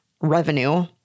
revenue